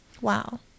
Wow